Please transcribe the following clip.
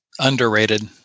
Underrated